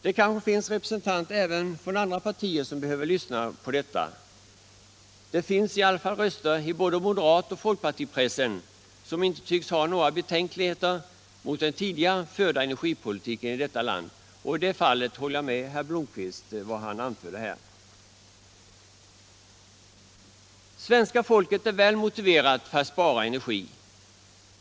Det finns kanske också representanter för andra partier som behöver lyssna på detta. I alla fall finns det röster i både moderatoch folkpartipressen som inte tycks ha några betänkligheter mot den tidigare förda energipolitiken i det här landet. Härvidlag instämmer jag i vad herr Blomkvist anförde. Svenska folket är väl motiverat för att spara energi.